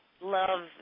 love